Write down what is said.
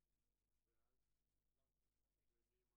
בנובמבר 2018, כ"ח בחשוון התשע"ט, השעה